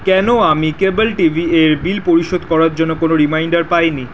কেন আমি cable T V এর বিল পরিশোধ করার জন্য কোনো রিমাইন্ডার পাই নি